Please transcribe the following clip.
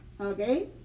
Okay